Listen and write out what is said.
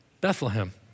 Bethlehem